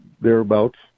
thereabouts